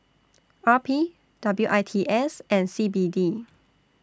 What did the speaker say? R P W I T S and C B D